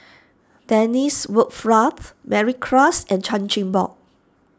Dennis Bloodworth Mary Klass and Chan Chin Bock